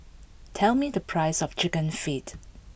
tell me the price of Chicken Feet